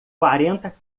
quarenta